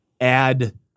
add